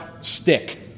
stick